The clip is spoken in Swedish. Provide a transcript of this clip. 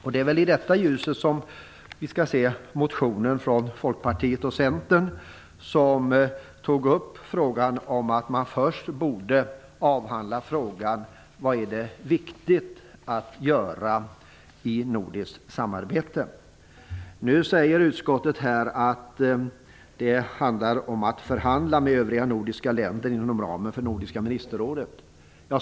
Det är i detta ljus vi skall se motionen från Folkpartiet och Centern, som tog upp att man först borde avhandla frågan om vad det är viktigt att göra i nordiskt samarbete. Nu säger utskottet att det handlar om att förhandla med övriga nordiska länder inom ramen för nordiska ministerrådet.